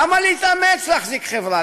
למה להתאמץ להחזיק חברה?